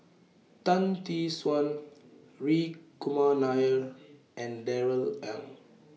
Tan Tee Suan Hri Kumar Nair and Darrell Ang